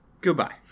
Goodbye